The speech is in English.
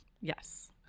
Yes